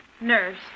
Nerves